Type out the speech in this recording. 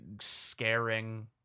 scaring